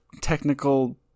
...technical